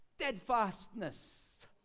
steadfastness